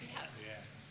Yes